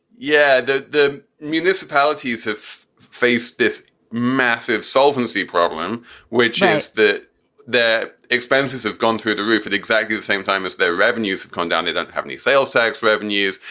yeah, the the municipalities have faced this massive solvency problem where chance that their expenses have gone through the roof at exactly the same time as their revenues have gone down. they don't have any sales tax revenues.